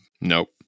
nope